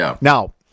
Now